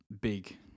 big